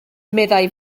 meddai